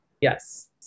Yes